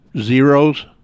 zeros